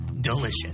delicious